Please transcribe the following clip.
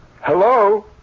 hello